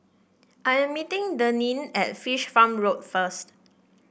I am meeting Deneen at Fish Farm Road first